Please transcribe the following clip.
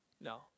No